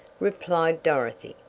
replied dorothy.